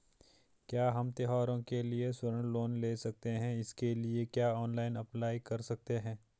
क्या हम त्यौहारों के लिए स्वर्ण लोन ले सकते हैं इसके लिए क्या ऑनलाइन अप्लाई कर सकते हैं?